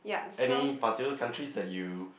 any particular countries that you